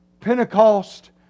Pentecost